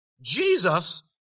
Jesus